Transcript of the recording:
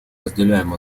разделяем